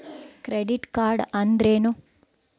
Credit card ಅಂದ್ರೇನು?